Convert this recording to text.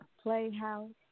playhouse